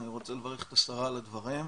אני רוצה לברך את השרה על הדברים.